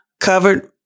covered